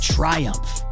triumph